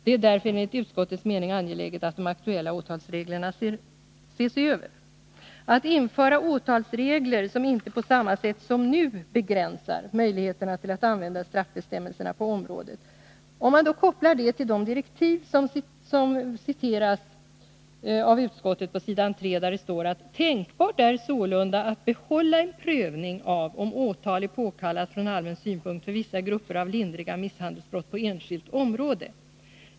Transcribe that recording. Det är därför enligt utskottets mening angeläget att de aktuella åtalsreglerna ses över.” Mad kan koppla ”att införa åtalsregler som inte på samma sätt som nu begränsar möjligheterna att använda straffbestämmelserna på området” till de direktiv som citeras av utskottet på s. 3. Där står det bl.a. följande: ”Tänkbart är sålunda att behålla en prövning av om åtal är påkallat från allmän synpunkt för vissa grupper av lindriga misshandelsbrott på enskilt område.